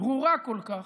ברורה כל כך,